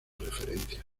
referencias